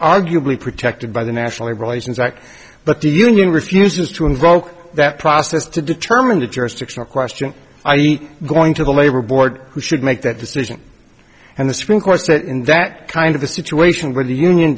arguably protected by the national labor relations act but the union refuses to invoke that process to determine the jurisdictional question i e going to the labor board who should make that decision and the supreme court said in that kind of a situation where the union